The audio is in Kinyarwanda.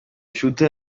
shooter